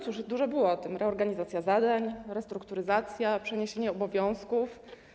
Cóż, dużo było o tym: reorganizacja zadań, restrukturyzacja, przeniesienie obowiązków.